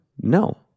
No